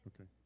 okay